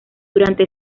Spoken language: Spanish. durante